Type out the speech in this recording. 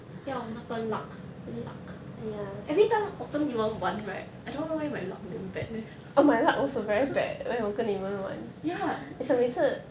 要那个 luck luck every time 我跟你们玩 right I don't why my luck damn bad leh ya